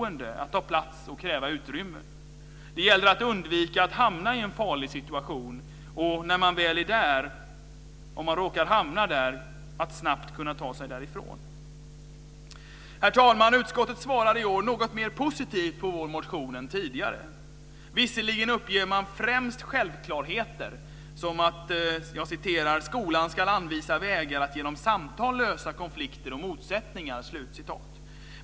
Det handlar om att ta plats och kräva utrymme. Det gäller att undvika att hamna i en farlig situation, och om man råkar hamna där gäller det att snabbt kunna ta sig därifrån. Herr talman! Utskottet svarade i år något mer positivt på vår motion än tidigare. Visserligen uppger man främst självklarheter som att "skolan anvisar vägar att genom samtal lösa konflikter och motsättningar".